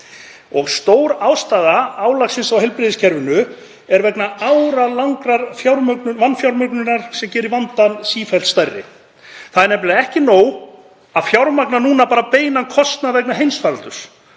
Og stór ástæða álagsins á heilbrigðiskerfið er áralöng vanfjármögnun sem gerir vandann sífellt stærri. Það er nefnilega ekki nóg að fjármagna núna beinan kostnað vegna heimsfaraldurs.